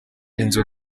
inzu